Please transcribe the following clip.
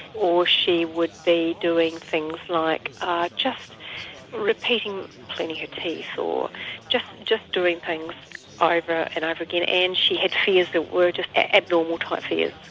or she would be doing things like ah repeating cleaning her teeth, or just just doing things over and over again, and she had fears that were just abnormal-type fears.